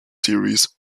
series